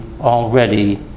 already